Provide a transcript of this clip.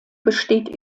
besteht